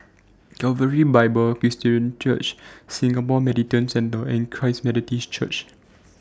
Calvary Bible Presbyterian Church Singapore Mediation Centre and Christ Methodist Church